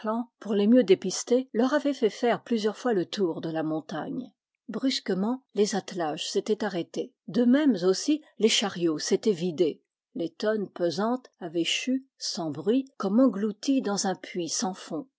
pour les mieux dépister leur avait fait faire plusieurs fois le tour de la montagne brusque ment les attelages s'étaient arrêtés d'eux-mêmes aussi les chariots s'étaient vidés les tonnes pesantes avaient chu sans bruit comme englouties dans un puits sans fond